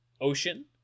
ocean